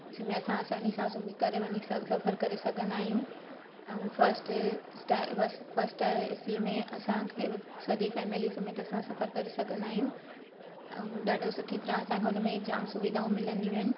जंहिं में असां आसानी सां सूम्ही करे वञी सफ़ सफ़रु करे सघंदा आहियूं ऐं फस्ट स्टाय फस फस्ट टायर ए सी में असांखे बि सॼी फैमिली समेत असां सफ़रु करे सघंदा आहियूं ऐं ॾाढो सुठी तरह असांखे हुन में जाम सुविधाऊं मिलंदियूं आहिनि